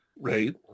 Right